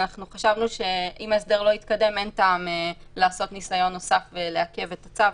חשבנו שאם ההסדר לא התקדם אין טעם לעשות ניסיון נוסף ולעכב את הצו,